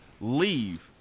leave